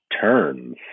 turns